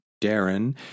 Darren